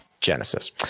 Genesis